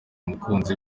mukunzi